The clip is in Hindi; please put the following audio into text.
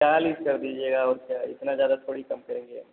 चालीस कर दीजिएगा और क्या इतना ज्यादा थोड़ी कम करेंगे अब